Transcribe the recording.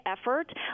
effort